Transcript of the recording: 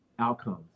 Outcomes